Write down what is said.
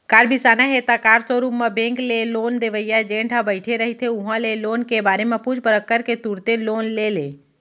car बिसाना हे त कार सोरूम म बेंक ले लोन देवइया एजेंट ह बइठे रहिथे उहां ले लोन के बारे म पूछ परख करके तुरते लोन ले ले